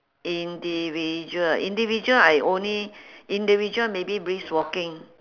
individual individual I only individual maybe brisk walking